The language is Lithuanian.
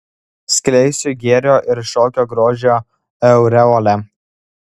skleisiu gėrio ir šokio grožio aureolę